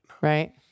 Right